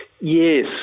Yes